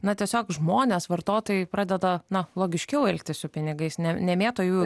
na tiesiog žmonės vartotojai pradeda na logiškiau elgtis su pinigais ne nemėto jų